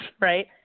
right